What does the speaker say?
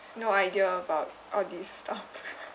no idea about all this stuff